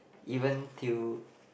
even till